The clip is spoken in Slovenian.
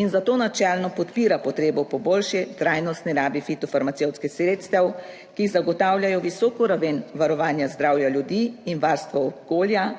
in zato načelno podpira potrebo po boljši trajnostni rabi fitofarmacevtskih sredstev, ki zagotavljajo visoko raven varovanja zdravja ljudi in varstva okolja,